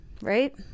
right